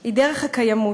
היא דרך הקיימות.